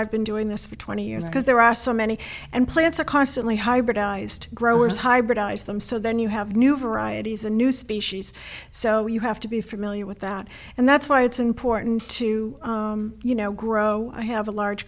i've been doing this for twenty years because there are so many and plants are constantly hybridized growers hybridise them so then you have new varieties a new species so you have to be familiar with that and that's why it's important to you know grow i have a large